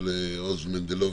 האוכלוסין,